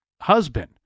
husband